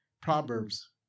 Proverbs